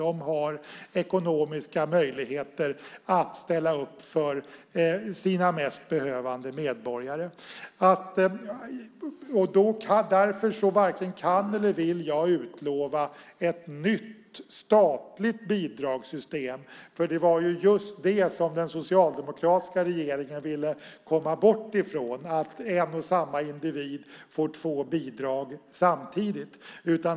De har ekonomiska möjligheter att ställa upp för sina mest behövande invånare. Därför varken kan eller vill jag utlova ett nytt statligt bidragssystem. Det var just det som den socialdemokratiska regeringen ville komma bort från, att en och samma individ får två bidrag samtidigt.